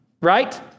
Right